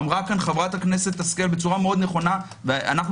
אמרה חברת הכנסת השכל בצורה נכונה אנחנו